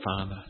Father